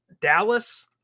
Dallas